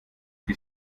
sie